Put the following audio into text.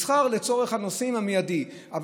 מסחר לצורך המיידי של הנוסעים,